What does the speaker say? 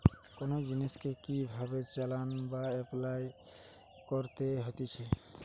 কোন জিনিসকে কি ভাবে চালনা বা এপলাই করতে হতিছে